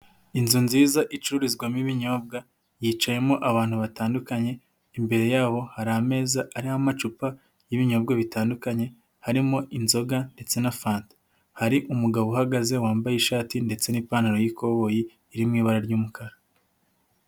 Inzu nziza icururizwamo ibinyobwa, yicayemo abantu batandukanye, imbere yabo hari ameza arimo amacupa y'ibinyobwa bitandukanye, harimo inzoga ndetse na fanta, hari umugabo uhagaze wambaye ishati ndetse n'ipantaro y'ikoboyi iri mu ibara ry'umukara.